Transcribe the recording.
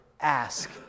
ask